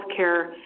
healthcare